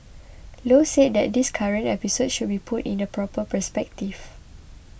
low said that this current episode should be put in the proper perspective